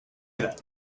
that